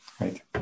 Right